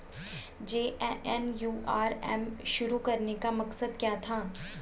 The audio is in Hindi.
जे.एन.एन.यू.आर.एम शुरू करने का मकसद क्या था?